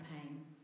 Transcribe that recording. pain